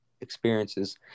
experiences